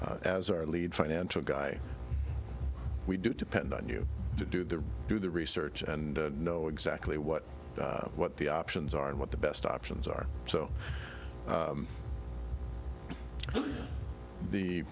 that as our lead financial guy we do depend on you to do the do the research and know exactly what what the options are and what the best options are so